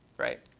right?